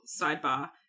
sidebar